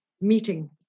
Meeting